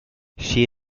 she